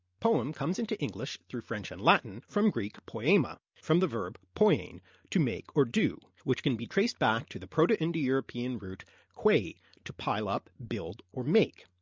poem comes into english, through french and latin, from greek poema, from the verb poiein to make or do, which can be traced back to the proto-indo-european root kwei to pile up, build, make.